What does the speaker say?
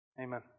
Amen